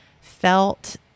felt